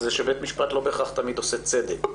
שבית משפט לא בהכרח תמיד עושה צדק.